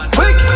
Quick